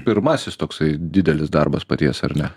pirmasis toksai didelis darbas paties ar ne